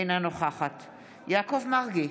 אינה נוכחת יעקב מרגי,